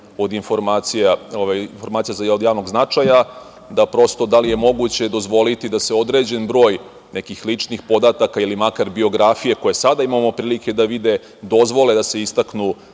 za Poverenika za informacije od javnog značaja. Prosto, da li je moguće dozvoliti da se određeni broj nekih ličnih podataka ili makar biografije, koje sada imamo prilike da vidimo, dozvole da se istaknu